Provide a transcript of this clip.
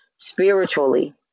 Spiritually